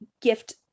gift